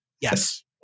yes